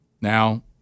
Now